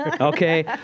okay